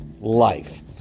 life